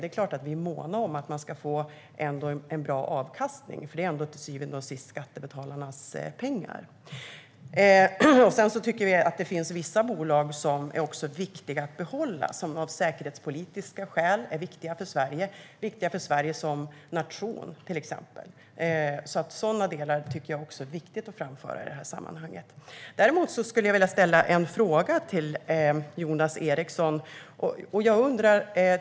Det är klart att vi är måna om att man ska få en bra avkastning, för det är ändå till syvende och sist skattebetalarnas pengar. Vi tycker även att det finns vissa bolag som är viktiga att behålla och som av säkerhetspolitiska skäl är viktiga för Sverige eller viktiga för Sverige som nation. Sådana delar tycker jag också är viktiga att framföra i det här sammanhanget. Jag vill ställa en fråga till Jonas Eriksson.